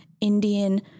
Indian